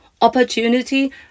opportunity